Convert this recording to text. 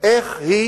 איך היא